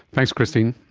thanks christine.